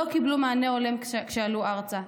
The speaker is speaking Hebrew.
לא קיבלו מענה הולם כשעלו ארצה.